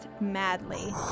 madly